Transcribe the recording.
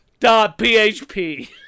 PHP